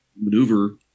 maneuver